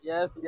Yes